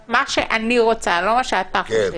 אגיד מה שאני רוצה, לא מה שאתה חושב.